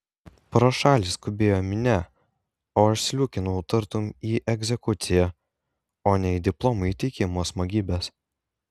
pro šalį skubėjo minia o aš sliūkinau tartum į egzekuciją o ne į diplomų įteikimo smagybes